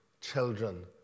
children